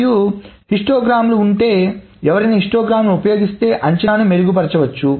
మరియు హిస్టోగ్రామ్లు ఉంటే ఎవరైనా హిస్టోగ్రామ్లను ఉపయోగిస్తే అంచనాను మెరుగుపరచవచ్చు